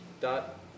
dot